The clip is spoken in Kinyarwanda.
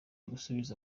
gusubira